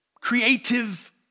creative